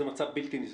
זה מצב בלתי נסבל.